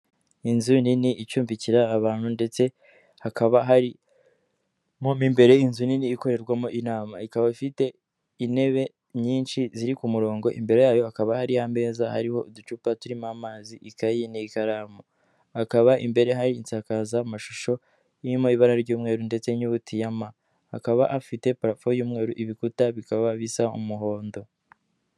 Inzu nini icumbikira abantu ndetse hakaba hari mo mu imbere inzu nini ikorerwamo inama ikaba ifite intebe nyinshi ziri ku murongo imbere yayo hakaba hari ameza hariho uducupa turimo amazi ikayi n'ikaramu hakaba imbere hari isakazamashusho yo mu ibara ry'umweru ndetse n'inyuguti ya m hakaba afite parafe y'umweru ibikuta bikaba bisa umuhondo.